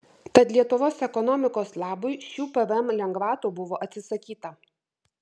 tad lietuvos ekonomikos labui šių pvm lengvatų buvo atsisakyta